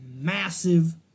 massive